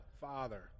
Father